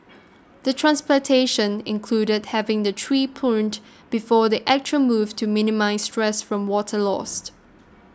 the transplantation included having the tree pruned before the actual move to minimise stress from water loss